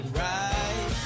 right